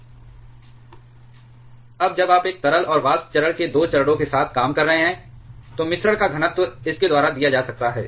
αV dρdx ρ x ρl ρv अब जब आप एक तरल और वाष्प चरण के 2 चरणों के साथ काम कर रहे हैं तो मिश्रण का घनत्व इसके द्वारा दिया जा सकता है